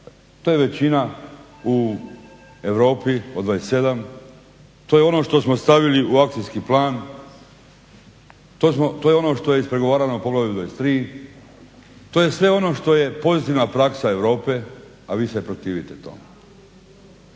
To je većina u Europi od 27. to je ono što smo stavili u akcijski plan. To je ono što je ispregovarano u Poglavlju 23. To je sve ono što je pozitivna praksa Europe, a vi se protivite tome.